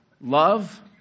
Love